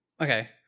Okay